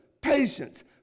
patience